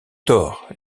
tort